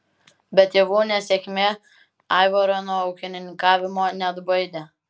bet tėvų nesėkmė aivaro nuo ūkininkavimo neatbaidė